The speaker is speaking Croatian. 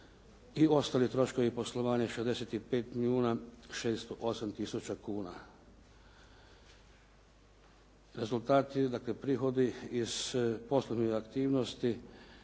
i ostali troškovi poslovanja 65 milijuna 608 tisuća kuna. Rezultati, dakle prihodi iz poslovnih aktivnosti